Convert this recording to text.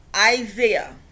Isaiah